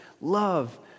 Love